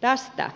tästä